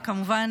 וכמובן,